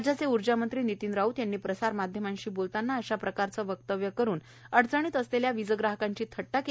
राज्याचे ऊर्जा मंत्री नितीन राऊत यांनी प्रसारमाध्यमांशी बोलताना अशा प्रकारचे वक्तव्य करून अडचणीत असलेल्या वीज ग्राहकांची थद्दा केली आहे